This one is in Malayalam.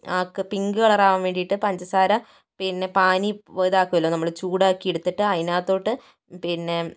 ആക് പിങ്ക് കളർ ആകാൻ വേണ്ടിട്ട് പഞ്ചസാര പിന്നെ പാനി ഇതാക്കോലോ ചൂടാക്കി എടുത്തിട്ട് അതിനകത്തോട്ട് പിന്നെ